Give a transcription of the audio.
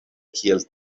kiel